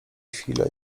chwilę